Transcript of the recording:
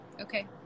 Okay